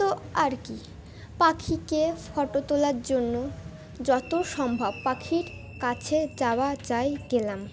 তো আর কি পাখিকে ফটো তোলার জন্য যত সম্ভব পাখির কাছে যাওয়া যাই গেলাম